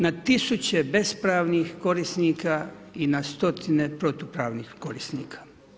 Na tisuće bespravnih korisnika i na stotine protupravnih korisnika.